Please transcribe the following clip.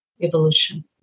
evolution